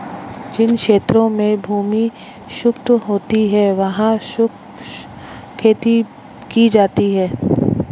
जिन क्षेत्रों में भूमि शुष्क होती है वहां शुष्क खेती की जाती है